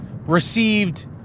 received